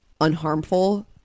unharmful